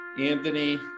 Anthony